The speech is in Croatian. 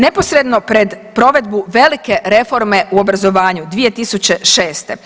Neposredno pred provedbu velike reforme u obrazovanju 2006.